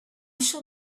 shall